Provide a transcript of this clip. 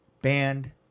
Band